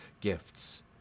gifts